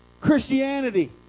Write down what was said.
Christianity